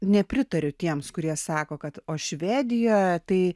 nepritariu tiems kurie sako kad o švedijoje tai